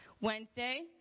Wednesday